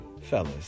fellas